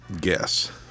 Guess